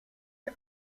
est